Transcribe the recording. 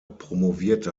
promovierte